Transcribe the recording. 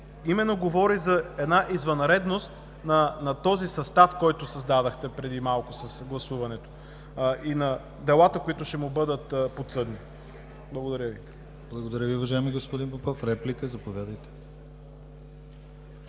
именно говори за една извънредност на този състав, който създадохте преди малко с гласуването и на делата, които ще му бъдат подсъдни. Благодаря Ви. ПРЕДСЕДАТЕЛ ДИМИТЪР ГЛАВЧЕВ: Благодаря Ви, уважаеми господи Попов. Реплика? Заповядайте.